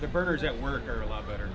the burgers at work are a lot better